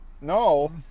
No